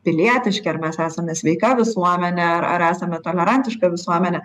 pilietiški ar mes esame sveika visuomenė ar esame tolerantiška visuomenė